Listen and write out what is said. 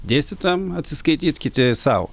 dėstytojam atsiskaityt kiti sau